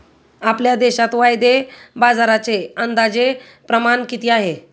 आपल्या देशात वायदे बाजाराचे अंदाजे प्रमाण किती आहे?